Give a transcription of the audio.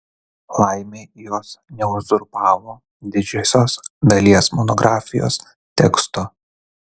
laimei jos neuzurpavo didžiosios dalies monografijos teksto